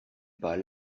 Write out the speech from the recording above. pas